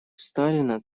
сталина